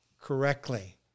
correctly